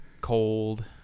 cold